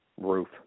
roof